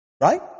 Right